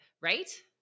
right